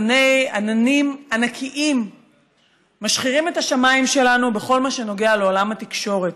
ענני-עננים ענקיים משחירים את השמיים שלנו בכל מה שנוגע לעולם התקשורת.